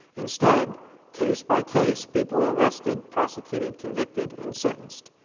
instead, case by case, people were arrested, prosecuted, convicted, and sentenced.